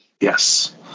yes